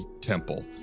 temple